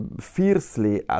fiercely